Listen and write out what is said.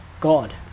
God